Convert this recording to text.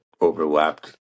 overlapped